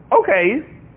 Okay